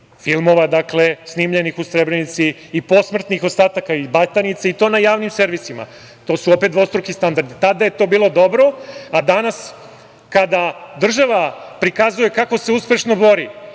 filmova snimljenih u Srebrenici i posmrtnih ostataka iz Batajnice, i to na javnim servisima. To su opet dvostruki standardi. Tada je to bilo dobro, a danas kada država prikazuje kako se uspešno bori